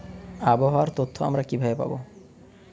আবহাওয়ার তথ্য আমরা কিভাবে পাব?